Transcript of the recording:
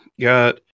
got